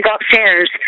upstairs